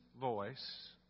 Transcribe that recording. voice